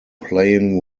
playing